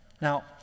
Now